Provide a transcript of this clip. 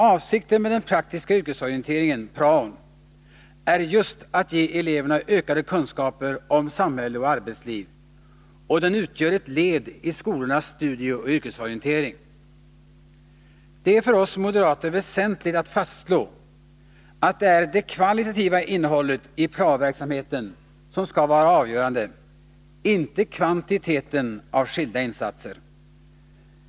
Avsikten med den praktiska yrkesorienteringen, praon, är just att ge eleverna ökade kunskaper om samhälle och arbetsliv, och den utgör ett led i skolornas studieoch yrkesorientering. Det är för oss moderater väsentligt att fastslå att det är det kvalitativa innehållet i prao-verksamheten som skall vara avgörande, inte kvantiteten av skilda insatser.